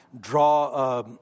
draw